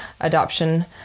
Adoption